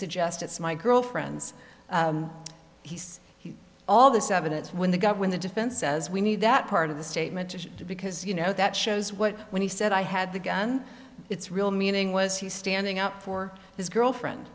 suggest it's my girlfriend's he's all this evidence when the got when the defense says we need that part of the statement because you know that shows what when he said i had the gun it's real meaning was he standing up for his girlfriend